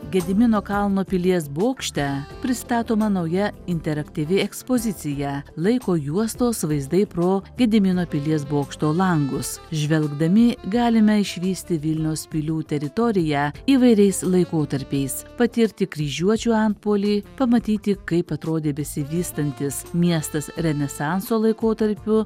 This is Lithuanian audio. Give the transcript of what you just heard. gedimino kalno pilies bokšte pristatoma nauja interaktyvi ekspozicija laiko juostos vaizdai pro gedimino pilies bokšto langus žvelgdami galime išvysti vilniaus pilių teritoriją įvairiais laikotarpiais patirti kryžiuočių antpuolį pamatyti kaip atrodė besivystantis miestas renesanso laikotarpiu